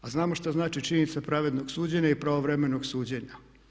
A znamo šta znači činjenica pravednog suđenja i pravovremenog suđenja.